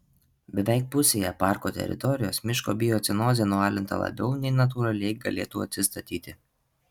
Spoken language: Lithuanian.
beveik pusėje parko teritorijos miško biocenozė nualinta labiau bei natūraliai galėtų atsistatyti